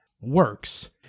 works